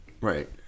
Right